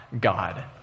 God